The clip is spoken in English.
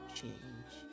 change